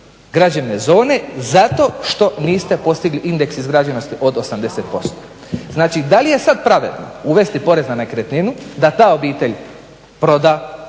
građevne zone zato što niste postigli indeks izgrađenosti od 80%. Znači da li je sada pravedno uvesti porez na nekretninu da ta obitelj proda,